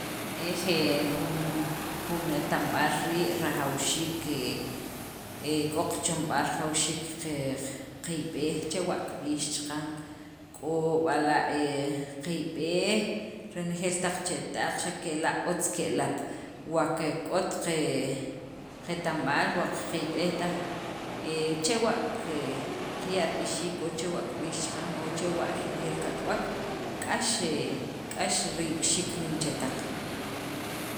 Ej jun jun eta'mb'aal rii' rajawxiik he he k'o qachomb'aal jawxiik qe qiyb'ej chewa' kib'iix chaqan k'o b'la' he qiyb'ej renejeel taq chetaq, xa' kela' otz ke'lek wa qe k'ot qe qeta'mb'al wa qiyb'ej taj he chewa' ke qaya' rib'ixiik o chewa' kib'iix chaqan o chewa' renejeel kak'uwek, k'ax he k'ax riyb'ixiik jun cheta.